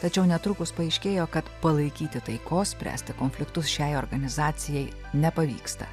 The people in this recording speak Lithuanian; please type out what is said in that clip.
tačiau netrukus paaiškėjo kad palaikyti taikos spręsti konfliktus šiai organizacijai nepavyksta